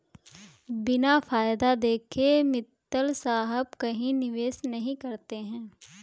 बिना फायदा देखे मित्तल साहब कहीं निवेश नहीं करते हैं